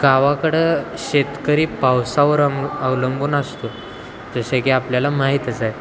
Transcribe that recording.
गावाकडं शेतकरी पावसावर अम अवलंबून असतो जसे की आपल्याला माहीतच आहे